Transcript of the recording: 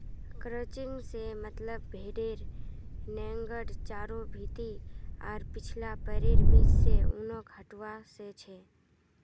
crutching से मतलब भेडेर नेंगड चारों भीति आर पिछला पैरैर बीच से ऊनक हटवा से छ